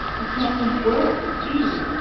i can't think where it could be,